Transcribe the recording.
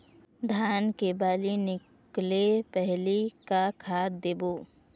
धान के बाली निकले पहली का खाद देबो?